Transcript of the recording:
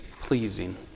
pleasing